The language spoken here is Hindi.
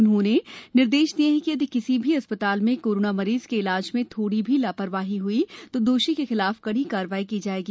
उन्होंने निर्देश दिए कि यदि किसी भी अस्पताल में कोरोना मरीज के इलाज में थोड़ी भी लापरवाही हुई तो दोषी के खिलाफ कड़ी कार्रवाई की जायेगी